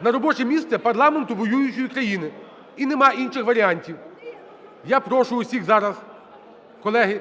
На робоче місце парламенту воюючої країни – і нема інших варіантів! Я прошу всіх зараз, колеги,